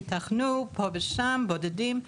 אז יתכנו פה ושם מקרים בודדים כאלה.